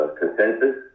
consensus